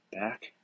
Back